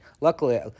Luckily